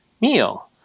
meal